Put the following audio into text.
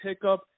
pickup